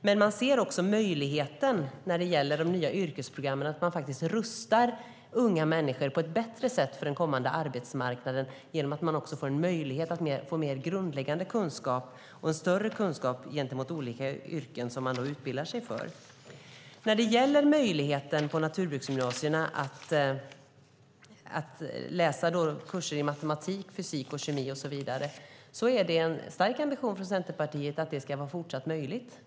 Men de nya yrkesprogrammen ger faktiskt möjligheten att rusta unga människor på ett bättre sätt för det kommande arbetslivet genom att de får möjlighet till en mer grundläggande och större kunskap i olika yrken som de utbildar sig till. Från Centerpartiets sida är det en stark ambition att det ska vara fortsatt möjligt att läsa kurser i matematik, fysik, kemi och så vidare på naturbruksgymnasierna.